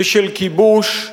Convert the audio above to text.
ושל כיבוש,